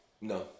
No